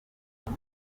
kuki